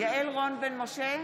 בן משה,